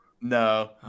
No